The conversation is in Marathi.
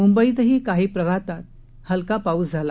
मुंबईतही काही भागात हलका पाऊस झाला